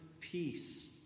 peace